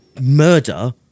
murder